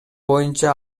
боюнча